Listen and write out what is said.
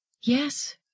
Yes